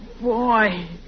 Boy